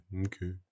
Okay